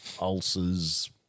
ulcers